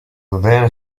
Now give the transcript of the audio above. then